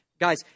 Guys